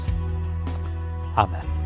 Amen